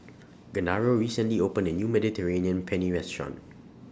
Genaro recently opened A New Mediterranean Penne Restaurant